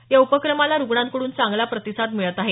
या उपक्रमाला रुग्णांकडून चांगला प्रतिसाद मिळत आहे